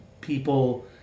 people